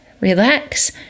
relax